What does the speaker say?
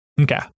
Okay